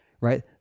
right